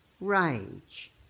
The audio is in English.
rage